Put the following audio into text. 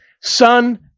Son